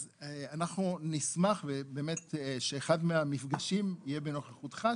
אז אנחנו נשמח שאחד מהמפגשים יהיה בנוכחותך,